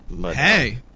Hey